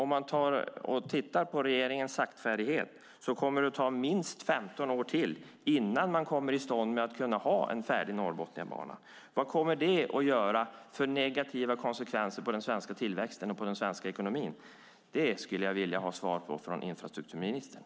Med regeringens saktfärdighet kommer det att ta minst 15 år till innan man har fått till stånd en färdig Norrbotniabana. Vilka negativa konsekvenser kommer det att ha för den svenska tillväxten och den svenska ekonomin? Det skulle jag vilja ha svar på från infrastrukturministern.